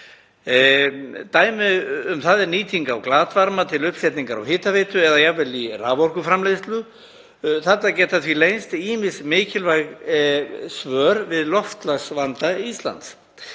Dæmi um það er nýting á glatvarma til uppsetningar á hitaveitu eða jafnvel í raforkuframleiðslu. Þarna geta því leynst ýmis mikilvæg svör við loftslagsvanda Íslands.